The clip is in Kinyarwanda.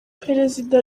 perezida